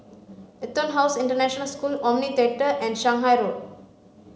EtonHouse International School Omni Theatre and Shanghai Road